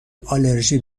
آلرژی